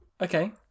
Okay